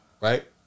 right